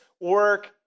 work